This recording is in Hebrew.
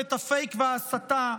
ממשלת הפייק וההסתה.